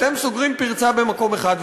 אתם סוגרים פרצה במקום אחד,